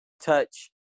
touch